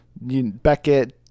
Beckett